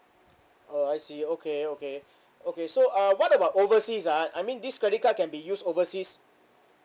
oh I see okay okay okay so uh what about overseas ah I mean this credit card can be used overseas